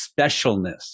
specialness